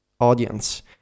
audience